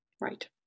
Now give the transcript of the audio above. right